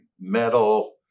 metal